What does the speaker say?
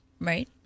Right